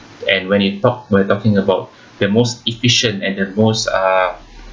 and when you talk we're talking about the most efficient and the most uh